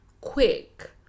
quick